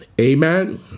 Amen